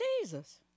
Jesus